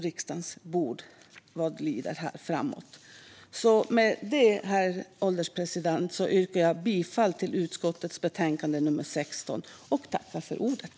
Med det, herr ålderspresident, yrkar jag bifall till utskottets förslag i betänkande 16.